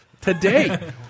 Today